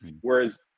whereas